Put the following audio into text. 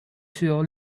具有